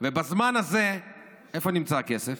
ובזמן הזה איפה נמצא הכסף?